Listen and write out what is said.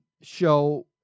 show